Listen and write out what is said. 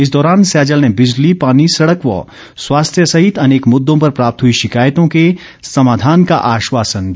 इस दौरान सैजल ने बिजली पानी सड़क व स्वास्थ्य सहित अनेक मुद्दों पर प्राप्त हुई शिकायतों के समाधान का आश्वासन दिया